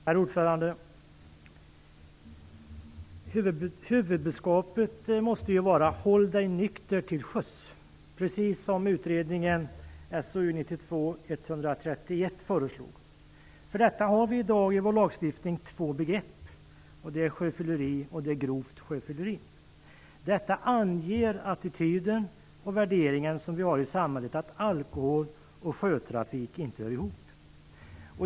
Herr talman! Precis som utredningen SOU 1992:131 föreslog måste huvudbudskapet vara: Håll dig nykter till sjöss! För detta har vi i dag i vår lagstiftning två begrepp, nämligen sjöfylleri och grovt sjöfylleri. Detta anger den attityd och värdering som vi har i samhället, att alkohol och sjötrafik inte hör ihop.